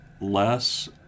less